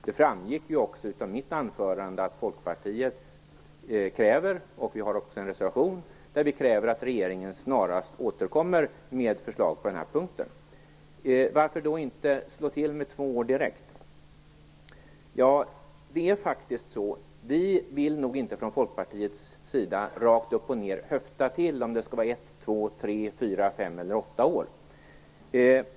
Det framgick ju också av mitt anförande att Folkpartiet har en reservation i vilken vi kräver att regeringen snarast återkommer med förslag i frågan. Varför då inte slå till med två år direkt? Jo, det är faktiskt så att vi från Folkpartiets sida inte rakt upp och ned vill höfta till när det gäller om preskriptionstiden skall vara ett, två, tre, fyra, fem eller åtta år.